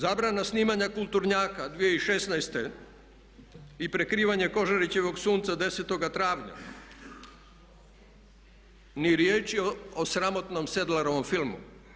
Zabrana snimanja kulturnjaka 2016.i prekrivanje Kožarićevog sunca 10.travnja ni riječi o sramotnom Sedlarovom filmu.